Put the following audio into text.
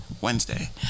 Wednesday